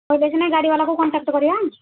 କହିଲେ ସିନା ଗାଡ଼ିବାଲାକୁ କଣ୍ଟାକ୍ଟ କରିବା